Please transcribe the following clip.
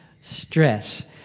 stress